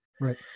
Right